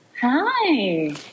Hi